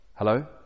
hello